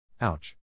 Ouch